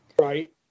Right